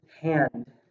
hand